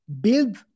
build